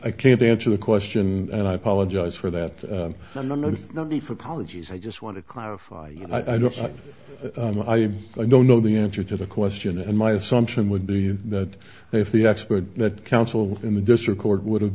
i can't answer the question and i apologize for that i'm not going to be for apologies i just want to clarify i don't i don't know the answer to the question and my assumption would be that if the expert that council in the district court would have